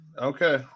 Okay